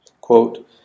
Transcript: quote